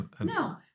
no